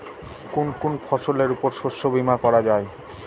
কোন কোন ফসলের উপর শস্য বীমা করা যায়?